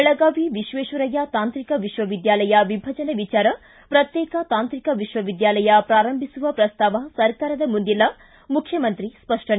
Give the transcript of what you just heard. ಬೆಳಗಾವಿ ವಿಶ್ವೇಶ್ವರಯ್ಯ ತಾಂತ್ರಿಕ ವಿಶ್ವವಿದ್ಯಾಲಯ ವಿಭಜನೆ ವಿಚಾರ ಪ್ರತ್ಯೇಕ ತಾಂತ್ರಿಕ ವಿಶ್ವವಿದ್ಯಾಲಯ ಪ್ರಾರಂಭಿಸುವ ಪ್ರಸ್ತಾವ ಸರ್ಕಾರದ ಮುಂದಿಲ್ಲ ಮುಖ್ಖಮಂತ್ರಿ ಸ್ವಷ್ಷನೆ